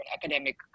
academic